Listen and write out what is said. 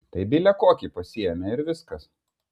tai bile kokį pasiėmė ir viskas